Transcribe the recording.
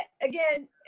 again